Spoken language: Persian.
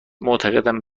معتقدم